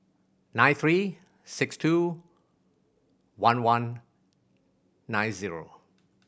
nine three six two one one nine zero